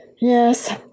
Yes